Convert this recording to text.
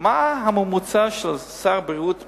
מה הממוצע של שר בריאות בממשלה,